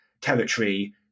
territory